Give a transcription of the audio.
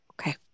Okay